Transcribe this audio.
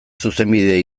zuzenbide